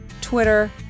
Twitter